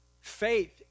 Faith